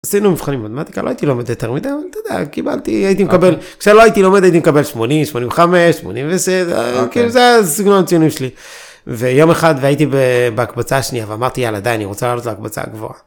עשינו מבחנים במתמטיקה, לא הייתי לומד יותר מדי, אבל אתה יודע, קיבלתי, הייתי מקבל, כשלא הייתי לומד הייתי מקבל 80, 85, 86... וזה היה, כאילו זה היה סגנון הציונים שלי. ויום אחד והייתי בהקבצה השנייה ואמרתי יאללה אני רוצה לעשות להקבצה הגבוהה.